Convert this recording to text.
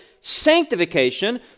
sanctification